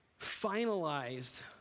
finalized